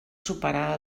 superar